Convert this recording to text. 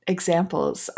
Examples